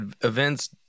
events